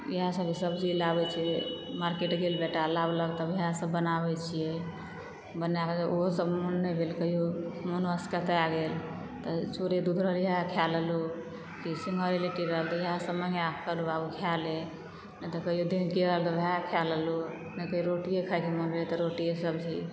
इएह सब जे सब्जी लाबै छियै मार्केट गेल बेटा लाबलक तब वएह सब बनाबै छियै बनाएकऽ ओहो सब मोन नै भेल कहियो मोनो असकताए गेल तऽ चूड़े दूध रहल इएह खाए लेलु कि सिङ्घारे लिट्टी रहल तऽ वएह सब मङ्गाएकऽ कहलू बाबू खाए लेए नै तऽ कहियो दिनके रहल तऽ वएह खाए लेलु नै कहियो रोटीये खाइके मोन भेल तऽ रोटीये सब्जी